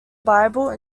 bible